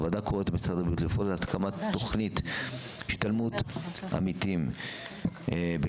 הוועדה קוראת למשרד הבריאות לפעול להקמת תוכנית השתלמות עמיתים בכאבי